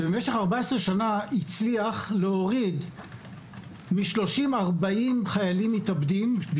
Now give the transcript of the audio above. ובמשך 14 שנה הוא הצליח להוריד מ-30 - 40 חיילים מתאבדים בשנה,